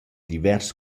divers